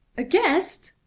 a guest!